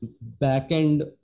back-end